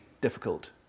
difficult